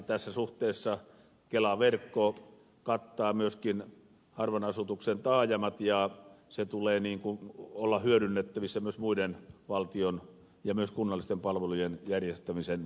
tässä suhteessa kela verkko kattaa myöskin harvan asutuksen taajamat ja sen tulee olla hyödynnettävissä myös muiden valtion ja myös kunnallisten palvelujen järjestämisen runkona